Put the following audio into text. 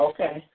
Okay